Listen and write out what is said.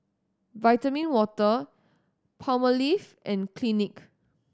Vitamin Water Palmolive and Clinique